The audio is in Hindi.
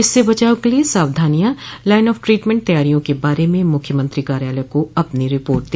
इससे बचाव के लिये सावधानियां लाइन ऑफ ट्रीटमेंट तैयारियों के बारे में मुख्यमंत्री कार्यालय को अपनी रिपोर्ट दे